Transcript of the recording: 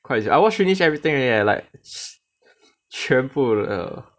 Quite Zero I watch finish everything already leh like 全部 lor